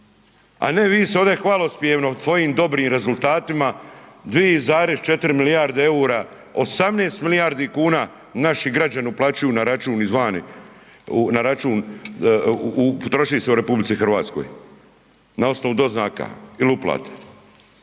A ne vi se ovdje hvalospjevno svojim dobrim rezultatima 2,4 milijarde eura, 18 milijardi kuna naši građani uplaćuju na račun izvana, troši se u RH na osnovu doznaka ili uplata.